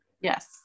Yes